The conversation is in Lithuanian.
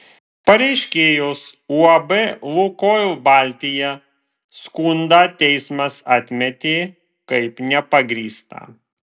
pareiškėjos uab lukoil baltija skundą teismas atmetė kaip nepagrįstą